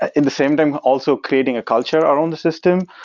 in the same time also creating a culture around the system,